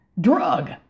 drug